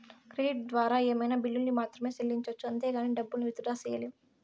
credit ద్వారా ఏమైనా బిల్లుల్ని మాత్రమే సెల్లించొచ్చు అంతేగానీ డబ్బుల్ని విత్ డ్రా సెయ్యలేం